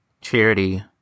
charity